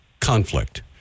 conflict